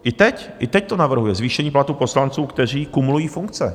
I teď, i teď to navrhuje, zvýšení platů poslanců, kteří kumulují funkce.